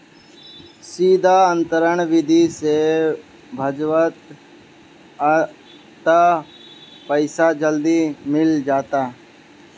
सीधा अंतरण विधि से भजबअ तअ पईसा जल्दी मिल जाला